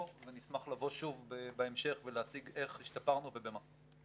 ונשמח לבוא שוב בהמשך ולהציג איך השתפרנו ובמה.